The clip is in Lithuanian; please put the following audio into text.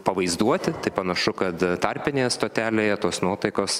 pavaizduoti tai panašu kad tarpinėje stotelėje tos nuotaikos